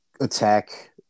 attack